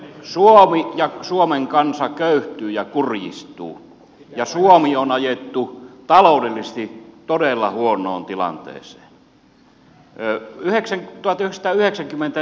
suomi ja suomen kansa köyhtyy ja kurjistuu ja suomi on ajettu taloudellisesti todella huonoon tilanteeseen